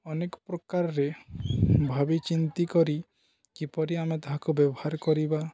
ଅନେକ ପ୍ରକାରରେ ଭାବି ଚିନ୍ତି କରି କିପରି ଆମେ ତାହାକୁ ବ୍ୟବହାର କରିବା